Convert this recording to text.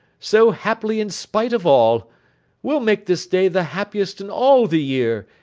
so happily in spite of all we'll make this day the happiest in all the year,